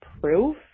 proof